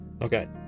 Okay